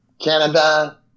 Canada